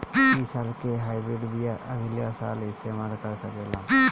इ साल के हाइब्रिड बीया अगिला साल इस्तेमाल कर सकेला?